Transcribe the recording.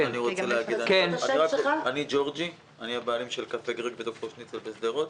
אני הבעלים של קפה גרג ו-ד"ר שניצל בשדרות.